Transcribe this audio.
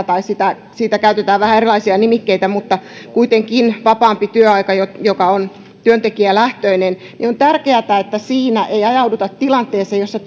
tai siitä käytetään vähän erilaisia nimikkeitä mutta kuitenkin vapaampi työaika joka on työntekijälähtöinen osalta on tärkeätä että siinä ei ajauduta tilanteeseen jossa